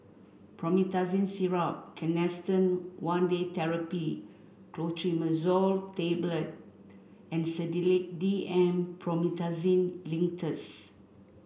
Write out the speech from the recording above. Promethazine Syrup Canesten One Day Therapy Clotrimazole Tablet and Sedilix D M Promethazine Linctus